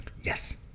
Yes